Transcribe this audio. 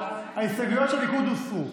אבל ההסתייגויות של הליכוד הוסרו.